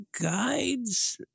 guides